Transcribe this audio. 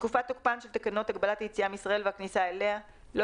תקופת תוקפן של תקנות הגבלת היציאה מישראל והכניסה אליה- לא